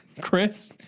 Chris